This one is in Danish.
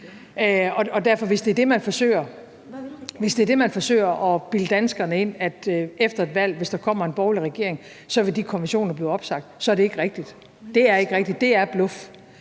hvis det, man forsøger at bilde danskerne ind, er, at hvis der efter et valg kommer en borgerlig regering, vil de konventioner blive opsagt, så er det ikke rigtigt. Det er ikke rigtigt – det er bluff.